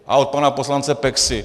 A od pana poslance Peksy.